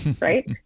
Right